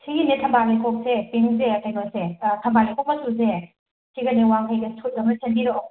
ꯁꯤꯒꯤꯅꯦ ꯊꯝꯕꯥꯟ ꯂꯩꯈꯣꯛꯁꯦ ꯄꯤꯡꯁꯦ ꯀꯩꯅꯣꯁꯦ ꯊꯝꯕꯥꯟ ꯂꯩꯈꯣꯛ ꯃꯆꯨꯁꯦ ꯁꯤꯒꯅꯦ ꯋꯥꯡꯈꯩꯒ ꯁꯨꯠ ꯑꯃ ꯁꯦꯝꯕꯤꯔꯛꯑꯣ